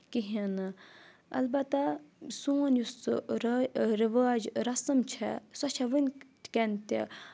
کہیٖنۍ نہٕ اَلبَتہ سون یُس سُہ راے رِواج رَسم چھےٚ سۄ چھےٚ وٕنۍ کؠن تہِ